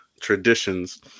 traditions